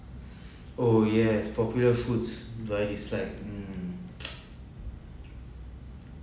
oh yes is popular foods but it's like mm